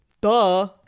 Duh